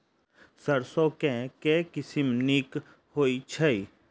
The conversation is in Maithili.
सैरसो केँ के किसिम नीक होइ छै?